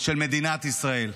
של מדינת ישראל.